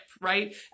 right